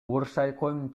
боршайком